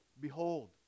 behold